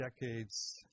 decades